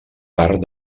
part